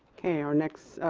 our next